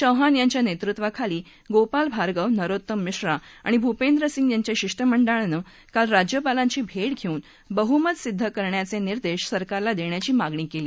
चौहान यांच्या नसूर्वाखाली गोपाल भार्गव नरोत्तम मिश्रा आणि भूपेंद्र सिंग यांच्या शिष्टमंडळानं काल राज्यपालांची भर्टावर्छिन बह्मत सिद्ध करण्याच निर्देश सरकारला दृष्खाची मागणी कली